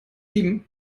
sieben